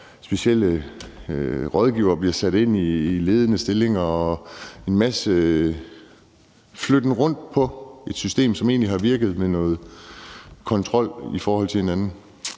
specielle rådgivere bliver sat ind i ledende stillinger, og der er en masse flytten rundt på et system, som egentlig har virket med noget kontrol i forhold til hinanden.